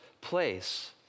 place